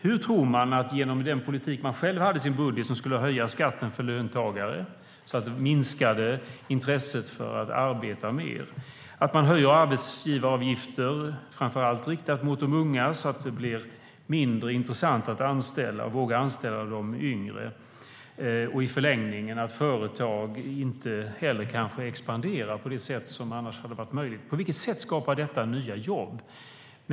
Hur tror man att det skulle ske genom den politik man själv hade i sin budget som skulle höja skatten för löntagare och minska intresset för att arbeta mer? Man höjer arbetsgivaravgifter framför allt riktat mot de unga så att det blir mindre intressant att våga anställa de yngre. I förlängningen kanske inte heller företag expanderar på det sätt som annars hade varit möjligt. På vilket sätt skapar detta nya jobb?